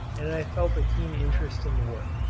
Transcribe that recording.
and i felt a keen interest in the work.